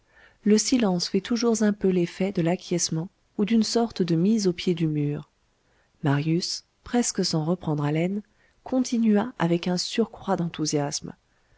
le silence fait toujours un peu l'effet de l'acquiescement ou d'une sorte de mise au pied du mur marius presque sans reprendre haleine continua avec un surcroît d'enthousiasme